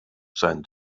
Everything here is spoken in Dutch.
zijn